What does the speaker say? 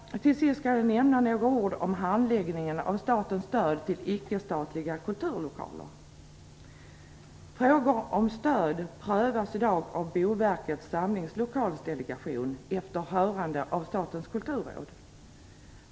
Till sist skall jag nämna några ord om handläggningen av statens stöd till icke-statliga kulturlokaler. Frågor om stöd prövas i dag av Boverkets samlingslokaldelegation efter hörande av Statens kulturråd.